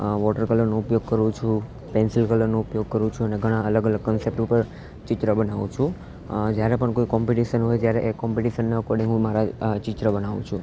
water કલરનો ઉપયોગ કરું છું પેન્સિલ કલરનો ઉપયોગ કરું છું અને ઘણા અલગ અલગ કન્સેપ્ટ ઉપર ચિત્ર બનાવું છું જ્યારે પણ કોઈ કોમ્પિટિસન હોય ત્યારે એ કોમ્પિટિશનના અકોર્ડિંગ હું મારા આ ચિત્ર બનાવું છું